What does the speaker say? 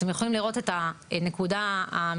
אתם יכולים לראות את הנקודה המרכזית,